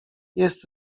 jest